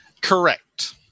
Correct